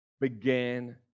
began